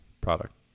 product